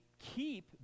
keep